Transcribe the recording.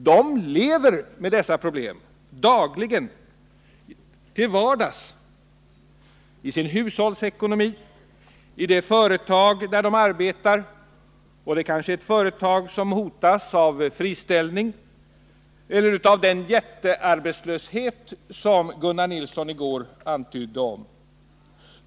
De lever med dessa problem dagligen, till vardags: i sin hushållsekonomi, i det företag där de arbetar — och det kanske är ett företag där man hotas av friställning eller av den jättearbetslöshet som Gunnar Nilsson i går antydde.